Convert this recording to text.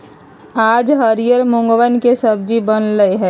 आज हरियर मूँगवन के सब्जी बन लय है